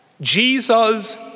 Jesus